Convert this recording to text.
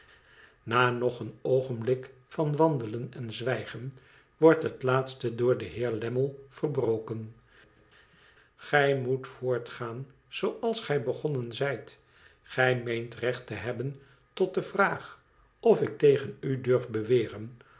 na nog een oogenblik van wandelen en zwijgen wordt het laatste door den heer lammie verbroken gij moet voortgaan zooals gij begonnen zijt gij meent recht te heb ben tot de vraag of ik tegen u duh beweren